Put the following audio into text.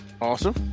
Awesome